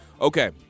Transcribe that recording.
Okay